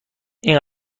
این